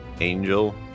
angel